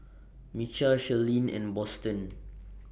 Micah Shirleen and Boston